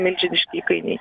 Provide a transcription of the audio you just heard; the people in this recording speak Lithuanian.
milžiniški įkainiai